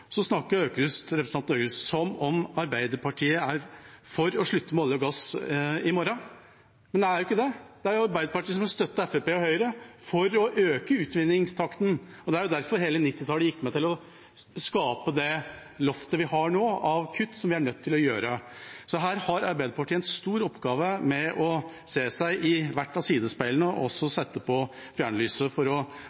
som om Arbeiderpartiet er for å slutte med olje og gass i morgen. Men de er jo ikke det. Det er Arbeiderpartiet som støtter Fremskrittspartiet og Høyre for å øke utvinningstakten, og det er derfor hele 1990-tallet gikk med til å skape det loftet vi nå har av kutt vi er nødt til å gjøre. Her har Arbeiderpartiet en stor oppgave med å se seg i hvert av sidespeilene og